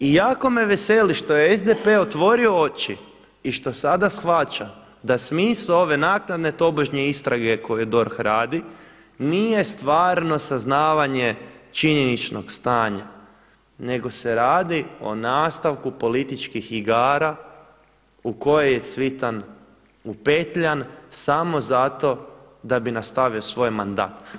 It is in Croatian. I jako me veseli što je SDP otvorio oči i što sada shvaća da smisao ove naknadne tobožnje istrage koju DORH radi nije stvarno saznavanje činjeničnog stanja nego se radi o nastavku političkih igara u koje je Cvitan upetljan samo zato da bi nastavio svoj mandat.